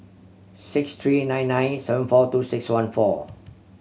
six three nine nine seven four two six one four